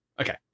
okay